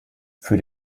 für